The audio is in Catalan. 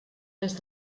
des